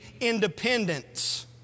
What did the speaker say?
independence